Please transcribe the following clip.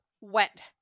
Wet